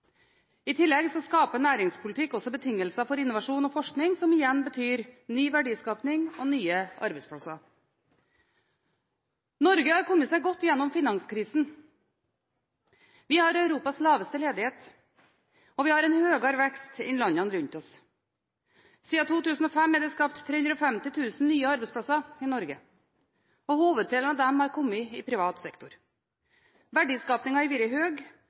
I tillegg skaper næringspolitikk også betingelser for innovasjon og forskning, som igjen betyr ny verdiskaping og nye arbeidsplasser. Norge har kommet seg godt gjennom finanskrisen. Vi har Europas laveste ledighet, og vi har en høyere vekst enn landene rundt oss. Siden 2005 er det skapt 350 000 nye arbeidsplasser i Norge, og hoveddelen av dem har kommet i privat sektor.